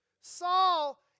Saul